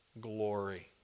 glory